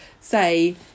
say